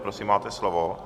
Prosím, máte slovo.